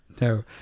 no